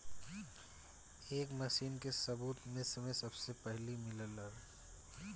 ए machine के सबूत मिस्र में सबसे पहिले मिलल